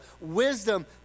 wisdom